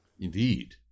Indeed